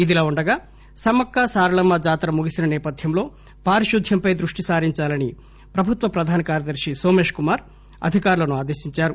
ఇలా వుండగా సమ్మక్క సారలమ్మ జాతర ముగిసిన సేపథ్యంలో పారిశుధ్యంపై దృష్టి సారించాలని ప్రభుత్వ ప్రధాన కార్యదర్శి నోమేష్ కుమార్ అధికారులను ఆదేశించారు